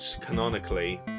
canonically